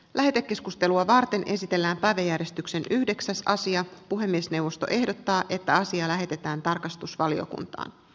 lähetekeskustelua varten esitellään vaatejäristyksen yhdeksäs sija puhemiesneuvosto ehdottaa että asia lähetetään tarkastusvaliokuntaantt